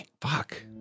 Fuck